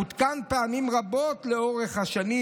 עודכן פעמים רבות לאורך השנים,